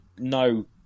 no